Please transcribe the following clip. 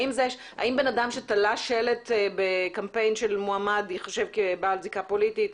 האם בן אדם שתלה שלט בקמפיין של מועמד ייחשב כבעל זיקה פוליטית?